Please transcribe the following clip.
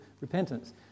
repentance